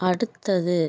அடுத்தது